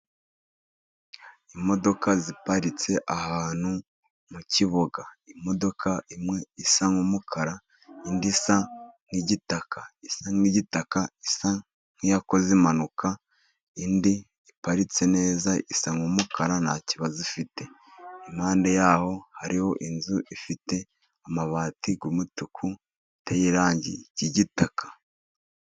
Imodoka ziparitse ahantu mu kibuga. Imodoka imwe isa n'umukara, indi isa n'igitaka. Isa n'igitaka isa n'iyakoze impanuka. Indi iparitse neza isa n'umukara nta kibazo ifite. Impande yaho hariho inzu ifite amabati y'umutuku ateye irangi ry'igitaka.